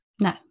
No